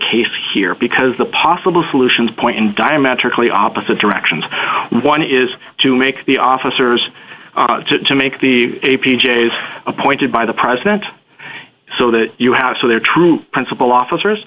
case here because the possible solutions point in diametrically opposite directions one is to make the officers to make the a p j s appointed by the president so that you have so their true principle officers